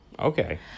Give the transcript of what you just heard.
Okay